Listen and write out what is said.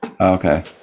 Okay